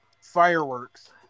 Fireworks